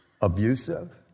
abusive